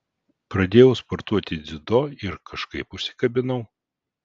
pradėjau sportuoti dziudo ir kažkaip užsikabinau